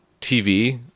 TV